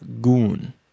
Goon